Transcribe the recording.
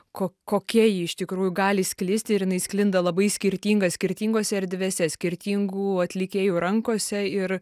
ko kokia ji iš tikrųjų gali sklisti ir jinai sklinda labai skirtinga skirtingose erdvėse skirtingų atlikėjų rankose ir